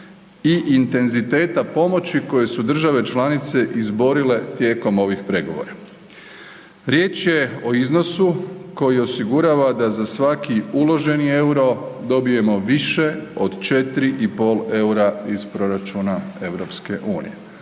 i intenziteta pomoći koje su države članice zborile tijekom ovih pregovora. Riječ je o iznosu koji osigurava da za svaki uloženi euro dobijemo više od 4,5 eura iz proračuna EU,